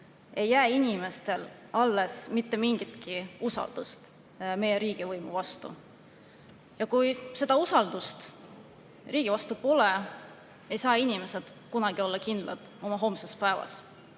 ei jää inimestel alles mitte mingitki usaldust meie riigivõimu vastu? Ja kui seda usaldust riigi vastu pole, ei saa inimesed kunagi olla kindlad oma homses päevas.